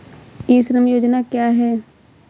ई श्रम योजना क्या है?